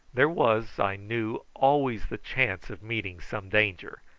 there was, i knew, always the chance of meeting some danger,